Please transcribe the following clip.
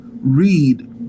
read